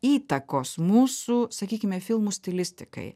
įtakos mūsų sakykime filmų stilistikai